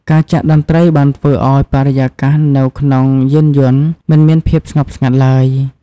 ការចាក់តន្ត្រីបានធ្វើឱ្យបរិយាកាសនៅក្នុងយានយន្តមិនមានភាពស្ងប់ស្ងាត់ឡើយ។